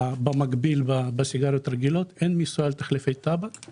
מיסוי סיגריות זו מדיניות של בריאות הציבור.